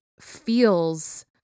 feels